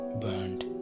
burned